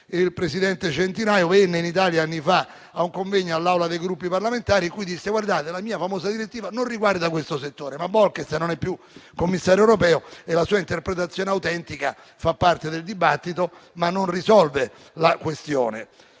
il presidente Centinaio - venne in Italia anni fa a un convegno nell'Aula dei Gruppi parlamentari spiegando che la sua famosa direttiva non riguardava quel settore. Ma Bolkestein non è più commissario europeo e la sua interpretazione autentica fa parte del dibattito, ma non risolve la questione.